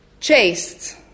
chased